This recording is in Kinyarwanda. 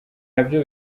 nabyo